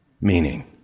Meaning